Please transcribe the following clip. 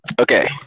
Okay